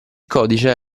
codice